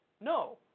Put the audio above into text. no